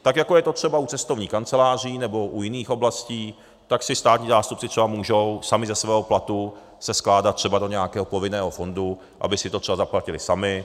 Tak jako je to třeba u cestovních kanceláří nebo jiných oblastí, tak si státní zástupci třeba můžou sami ze svého platu se skládat třeba do nějakého povinného fondu, aby si to třeba zaplatili sami.